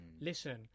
Listen